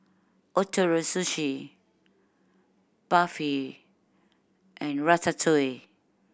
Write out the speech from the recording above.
Ootoro Sushi Barfi and Ratatouille